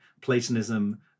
Platonism